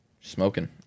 Smoking